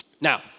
Now